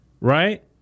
Right